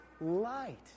light